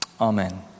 Amen